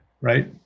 right